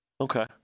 Okay